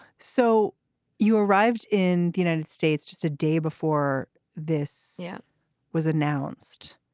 so you arrived in the united states just a day before this yeah was announced?